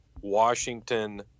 Washington